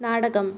നാടകം